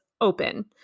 open